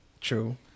True